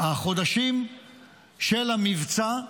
החודשים של המבצע,